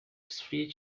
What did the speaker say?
three